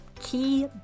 key